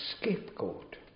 scapegoat